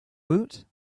woot